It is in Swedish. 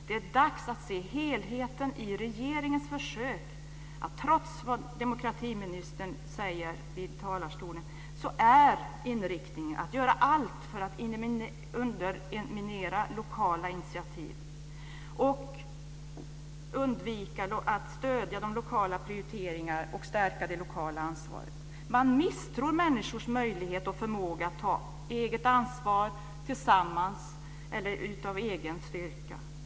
Det är dags att se helheten i regeringens försök att, trots vad demokratiministern säger i talarstolen, inrikta sig på att göra allt för att underminera lokala initiativ. Regeringen undviker att stödja de lokala prioriteringarna och stärka det lokala ansvaret. Man misstror människors möjlighet och förmåga att ta eget ansvar tillsammans eller utav egen styrka.